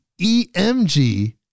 EMG